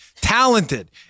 talented